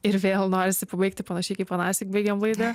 ir vėl norisi pabaigti panašiai kaip anąsyk baigėm laidą